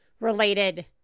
related